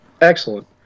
Excellent